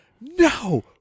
no